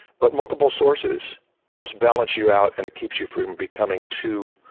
but multiple sources helps balance you out and it keeps you from becoming too